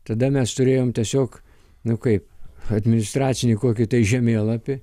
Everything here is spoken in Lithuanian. tada mes turėjom tiesiog nu kaip administracinį kokį tai žemėlapį